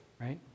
right